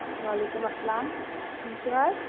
وَلیٚکُم السلام ٹھیٖک چھِو حظ